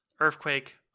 Earthquake